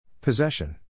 Possession